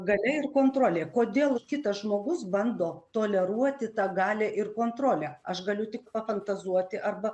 galia ir kontrolė kodėl kitas žmogus bando toleruoti tą galią ir kontrolę aš galiu tik pafantazuoti arba